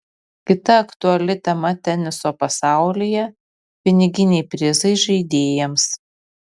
kita aktuali tema teniso pasaulyje piniginiai prizai žaidėjams